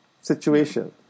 situation